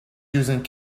using